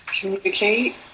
Communicate